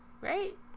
right